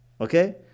Okay